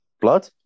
Blood